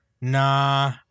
nah